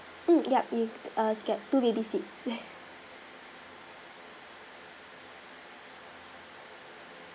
mm yup you'll err get to baby seats